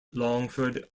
longford